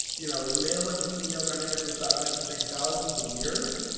you know, male and female dynamic goes back like you say thousands of years.